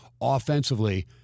offensively